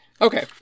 Okay